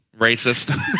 Racist